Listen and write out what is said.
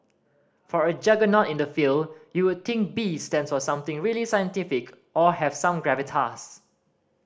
for a juggernaut in the field you would think B stands for something really scientific or have some gravitas